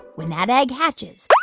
when that egg hatches,